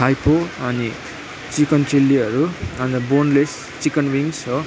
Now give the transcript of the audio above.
थाइपो अनि चिकन चिल्लीहरू अन्त बोनलेस चिकन विङ्स हो